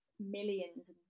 millions